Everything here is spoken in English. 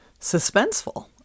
suspenseful